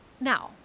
Now